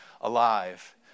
alive